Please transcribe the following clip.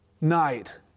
night